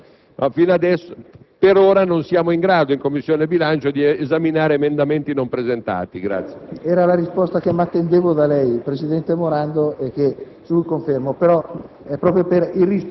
La Commissione bilancio per ora non deve fare nulla perché non c'è nessun emendamento presentato; quando sarà presentato, naturalmente, se l'emendamento ci sarà conferito per un parere, come assolutamente io devo